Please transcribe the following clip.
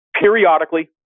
periodically